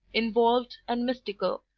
involved and mystical,